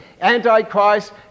Antichrist